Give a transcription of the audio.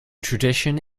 tradition